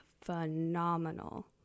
phenomenal